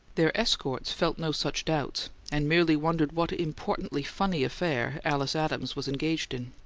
their escorts felt no such doubts, and merely wondered what importantly funny affair alice adams was engaged in.